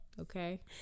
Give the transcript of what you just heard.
Okay